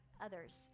others